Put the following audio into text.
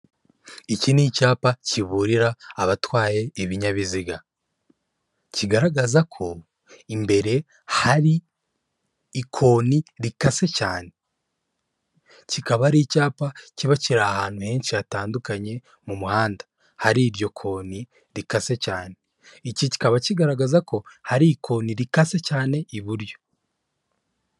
Iki ni icyapa kiburira abatwaye ibinyabiziga, kigaragaza ko imbere hari ikoni rikase cyane kikaba ari icyapa kiba kiri ahantu henshi hatandukanye mu muhanda hari iryo koni rikase cyane, iki kikaba kigaragaza ko hari ikoni rikaze cyane iburyo.